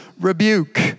rebuke